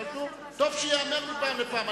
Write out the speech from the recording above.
טוב שייאמר מפעם לפעם.